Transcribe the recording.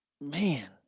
man